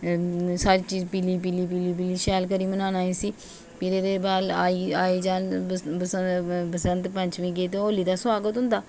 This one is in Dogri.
सारी चीज पीली पीली पीली पीली शैल करी मनाना इसी भी एह्दे बाद आई जाग बसंत पंचमी गी ते होली दा सोआगत होंदा